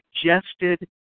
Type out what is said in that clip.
suggested